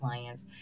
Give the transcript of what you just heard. clients